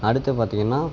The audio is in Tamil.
அடுத்து பார்த்தீங்கன்னா